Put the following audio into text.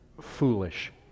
foolish